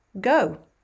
go